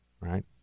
right